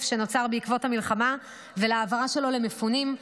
שנוצר בעקבות המלחמה ולהעברה שלו למפונים,